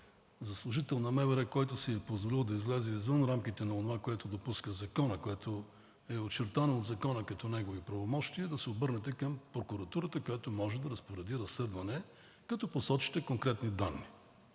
за служител на МВР, който си е позволил да излезе извън рамките на онова, което допуска законът, което е очертано от закона като негови правомощия, да се обърнете към прокуратурата, която може да разпореди разследване, като посочите конкретни данни.